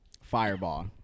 Fireball